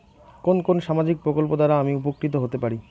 কোন কোন সামাজিক প্রকল্প দ্বারা আমি উপকৃত হতে পারি?